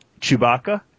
Chewbacca